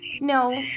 No